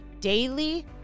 daily